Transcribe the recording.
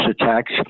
attacks